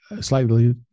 slightly